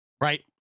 right